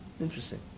Interesting